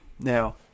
Now